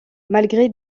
malgré